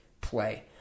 play